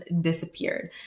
disappeared